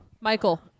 Michael